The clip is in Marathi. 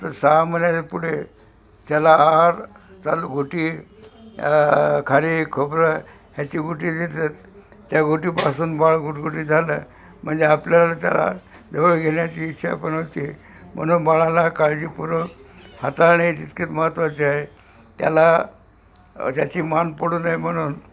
तर सहा महिन्याच्या पुढे त्याला आहार चालू गुटी खाली खोबरं ह्याची गुटी देतात त्या गुटीपासून बाळ गुटगुटी झालं म्हणजे आपल्याला त्याला जवळ घेण्याची इच्छा पण होती म्हणून बाळाला काळजीपूर्वक हाताळणे तितकेच महत्त्वाचे आहे त्याला त्याची मान पडू नये म्हणून